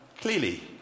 clearly